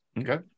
okay